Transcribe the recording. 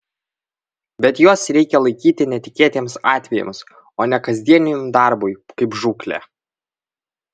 bet juos reikia laikyti netikėtiems atvejams o ne kasdieniam darbui kaip žūklė